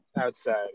outside